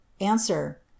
Answer